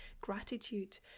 gratitude